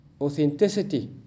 authenticity